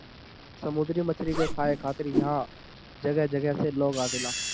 समुंदरी मछरी के खाए खातिर उहाँ जगह जगह से लोग आवेला